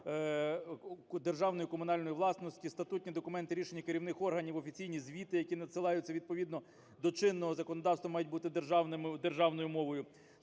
державної і комунальної власності, статутні документи, рішення керівних органів, офіційні звіти, які надсилаються відповідно до чинного законодавства, мають бути державною мовою.